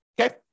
Okay